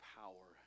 power